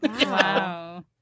wow